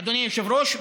אדוני היושב-ראש,